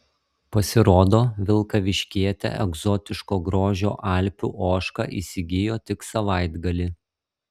pasirodo vilkaviškietė egzotiško grožio alpių ožką įsigijo tik savaitgalį